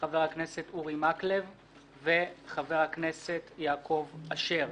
חבר הכנסת אורי מקלב וחבר הכנסת יעקב אשר.